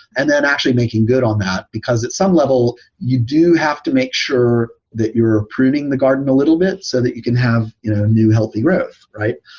and then actually making good on that, because at some level you do have to make sure that you are pruning the garden a little bit so that you can have you know new healthy growth, right?